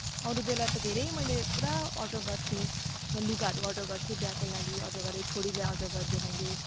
अरू बेला त धेरै मैले पुरा अर्डर गर्थेँ त्यसमा लुगाहरू अर्डर गर्थेँ बिहाको लागि अर्डर गरेँ छोरीलाई अर्डर गरिदिएँ मैले